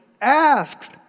asked